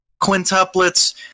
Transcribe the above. Quintuplets